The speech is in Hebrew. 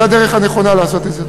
זו הדרך הנכונה לעשות את זה.